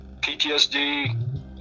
PTSD